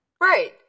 Right